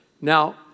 Now